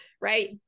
right